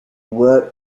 work